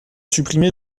supprimé